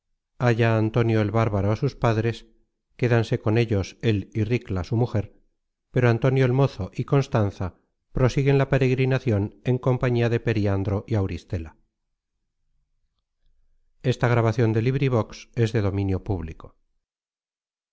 antonio el bárbaro á sus padres quédanse con ellos él y ricla su mujer pero antonio el mozo y constanza prosiguen la peregrinacion en compañía de periandro y auristela